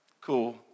Cool